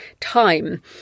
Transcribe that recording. time